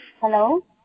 Hello